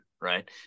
right